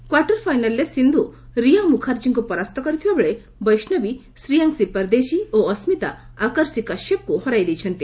quarter ଫାଇନାଲରେ ସିନ୍ଧୁ ରିୟା ମୁର୍ଖାଚ୍ଚୀଙ୍କୁ ପରାସ୍ତ କରିଥିବାବେଳେ ବୈଷ୍ଣବୀ ଶ୍ରୀୟାଂଶୀ ପରଦେଶୀ ଓ ଅସ୍କିତା ଆକର୍ଷି କଶ୍ୟପଙ୍କୁ ହରାଇ ଦେଇଛନ୍ତି